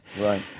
right